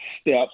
steps